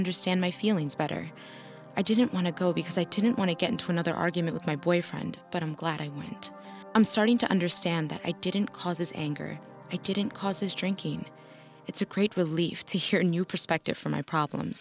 understand my feelings better i didn't want to go because i didn't want to get into another argument with my boyfriend but i'm glad i went i'm starting to understand that i didn't cause his anger i didn't cause his drinking it's a great relief to hear new perspective from my problem